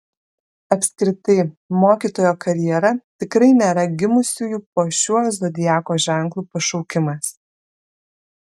apskritai mokytojo karjera tikrai nėra gimusiųjų po šiuo zodiako ženklu pašaukimas